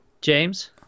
James